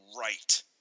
right